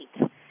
Right